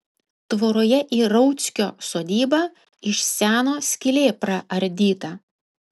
tvoroje į rauckio sodybą iš seno skylė praardyta